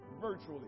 virtually